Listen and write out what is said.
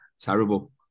terrible